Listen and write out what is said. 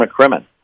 McCrimmon